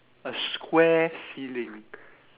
a square ceiling